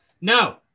No